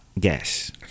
Yes